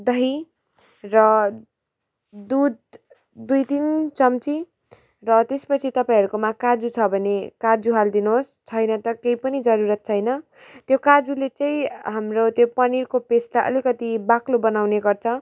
दही र दुध दुई तिन चम्ची र त्यस छि तपाईँहरूकोमा काजु छ भने काजु हाल्दिनुहोस् छैन त केही पनि जरुरत छैन त्यो काजुले चाहिँ हाम्रो त्यो पनिरको पेस्टलाई अलिकति बाक्लो बनाउने गर्छ